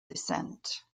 descent